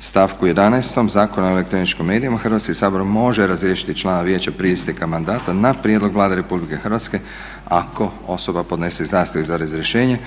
stavku 11. Zakona o elektroničkim medijima Hrvatski sabor može razriješiti člana vijeća prije isteka mandata na prijedlog Vlade Republike Hrvatske ako osoba podnese zahtjev za razrješenje.